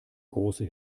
große